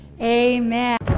amen